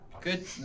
Good